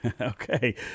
Okay